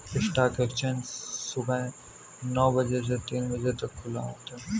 stock exchange सुबह नो बजे से तीन बजे तक खुला होता है